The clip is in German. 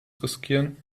riskieren